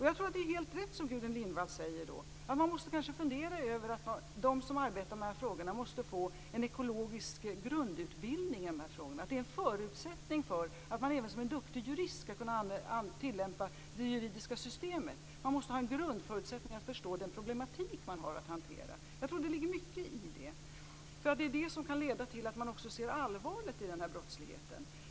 Jag tror Gudrun Lindvall har helt rätt när hon säger att de som arbetar med de här frågorna kanske måste få en ekologisk grundutbildning. Kanske är det en förutsättning för att man även som duktig jurist skall kunna tillämpa det juridiska systemet. Man måste ha en grundförutsättning att förstå den problematik man har att hantera. Jag tror att det ligger mycket i det. Det är detta som kan leda till att man ser allvaret i den här brottsligheten.